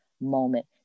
moment